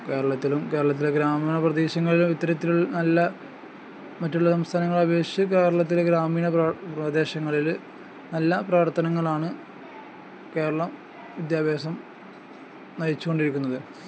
കേരളത്തിലും കേരളത്തിലെ ഗ്രാമീണ പ്രദേശങ്ങളിലും ഇത്തരത്തിലുള്ള നല്ല മറ്റുള്ള സംസ്ഥാനങ്ങളെ അപേക്ഷിച്ചു കേരളത്തിലെ ഗ്രാമീണ പ്രദേശങ്ങളില് നല്ല പ്രവർത്തനങ്ങളാണു കേരളം വിദ്യാഭ്യാസം നയിച്ചുകൊണ്ടിരിക്കുന്നത്